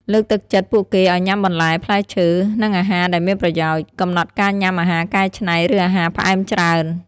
លើកទឹកចិត្តពួកគេឲ្យញ៉ាំបន្លែ ផ្លែឈើ និងអាហារដែលមានប្រយោជន៍។ កំណត់ការញ៉ាំអាហារកែច្នៃ ឬអាហារផ្អែមច្រើនពេក។